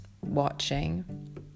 watching